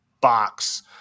box